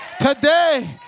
today